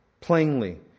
plainly